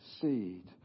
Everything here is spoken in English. seed